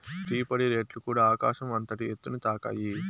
tea పొడి రేట్లుకూడ ఆకాశం అంతటి ఎత్తుని తాకాయి